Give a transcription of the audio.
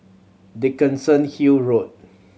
Dickenson Hill Road